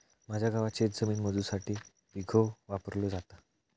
माझ्या गावात शेतजमीन मोजुसाठी बिघो वापरलो जाता